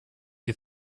you